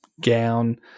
gown